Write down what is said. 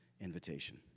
invitation